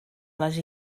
les